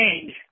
change